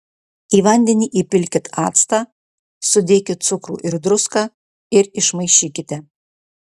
į vandenį įpilkit actą sudėkit cukrų ir druską ir išmaišykite